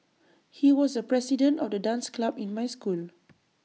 he was the president of the dance club in my school